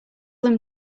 them